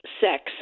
Sex